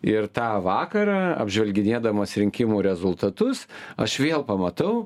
ir tą vakarą apžvelginėdamas rinkimų rezultatus aš vėl pamatau